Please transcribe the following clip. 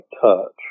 touch